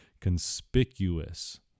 Conspicuous